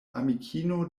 amikino